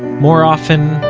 more often,